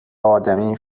آدمی